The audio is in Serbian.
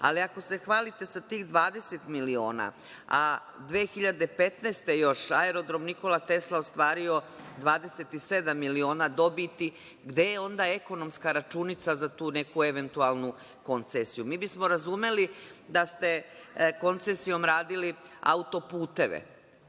ako se hvalite sa tih 20 miliona, a 2015. godine, još Aerodrom „Nikola Tesla“ ostvario 27 miliona dobiti. Gde je onda ekonomska računica za tu neku eventualnu koncesiju? Mi bismo razumeli da ste koncesijom radili autoputeve,